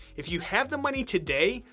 if you have the money today,